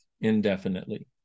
indefinitely